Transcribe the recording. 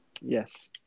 Yes